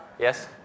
Yes